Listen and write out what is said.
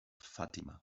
fatima